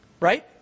Right